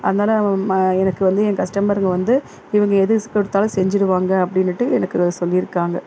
அதனால ம எனக்கு வந்து என் கஸ்டமருங்க வந்து இவங்க எது ஸ் கொடுத்தாலும் செஞ்சுருவாங்க அப்படினுட்டு எனக்கு இதை சொல்லியிருக்காங்க